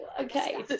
okay